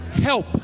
Help